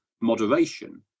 moderation